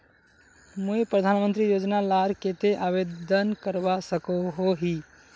मुई प्रधानमंत्री योजना लार केते आवेदन करवा सकोहो ही?